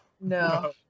No